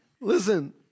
Listen